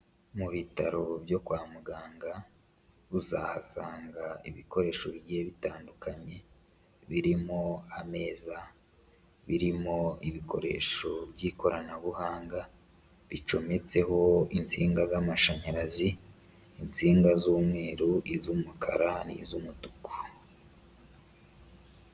Mu bitaro byo kwa muganga, uzahasanga ibikoresho bigiye bitandukanye birimo ameza, birimo ibikoresho by'ikoranabuhanga, bicometseho insinga z'amashanyarazi, insinga z'umweru iz'umukara n'iz'umutuku.